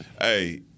Hey